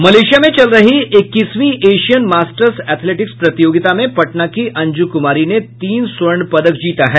Malaysia में चल रही इक्कीसवीं एशियन मास्टरर्स एथेलेटिक्स प्रतियोगिता में पटना की अंजु कुमारी ने तीन स्वर्ण पदक जीता है